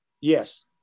Yes